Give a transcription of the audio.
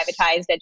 privatized